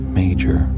major